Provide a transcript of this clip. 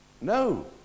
No